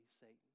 Satan